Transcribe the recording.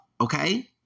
Okay